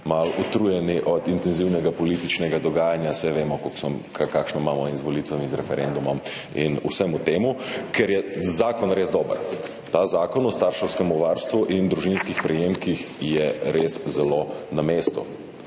malo utrujeni od intenzivnega političnega dogajanja, saj vemo, kakšno [stanje] imamo z volitvami, referendumom in z vsem tem, ker je zakon res dober. Zakon o starševskem varstvu in družinskih prejemkih je res zelo na mestu.